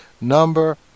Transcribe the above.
number